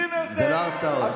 זה לא הרצאות.